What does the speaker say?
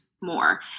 more